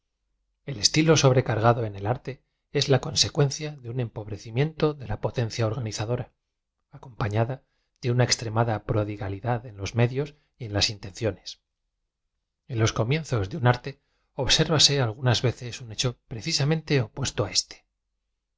l estilo sobrecargado en el arte es la consecuencia de un empobrecimiento de la potencia organizadora acompaada de una extrem ada prodigalidad en loa medios y en las intenciones en los comienzos de un arte obsérvase algunaa veces un hecho precisamente opuesto á eate